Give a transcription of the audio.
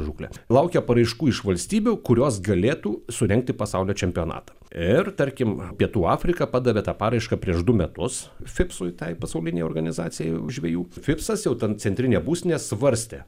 žūklę laukia paraiškų iš valstybių kurios galėtų surengti pasaulio čempionatą ir tarkim pietų afrika padavė tą paraišką prieš du metus fipsui tai pasaulinei organizacijai žvejų fipsas jau ten centrinė būstinė svarstė